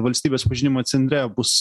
valstybės pažinimo centre bus